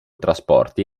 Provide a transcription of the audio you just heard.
trasporti